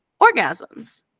orgasms